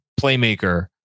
playmaker